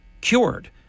cured